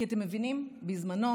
כי, אתם מבינים, בזמנו